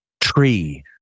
Tree